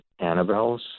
annabelles